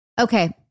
Okay